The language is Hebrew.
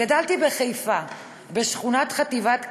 גדלתי בחיפה, בשכונת חטיבת כרמלי,